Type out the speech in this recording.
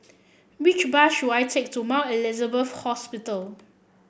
which bus should I take to Mount Elizabeth Hospital